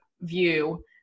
view